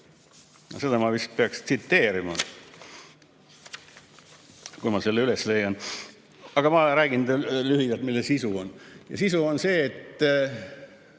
Seda ma vist peaks tsiteerima, kui ma selle üles leian. Aga ma räägin teile lühidalt, mis selle sisu on. Sisu on see, et